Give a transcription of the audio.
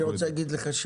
אני רוצה להגיד לכם,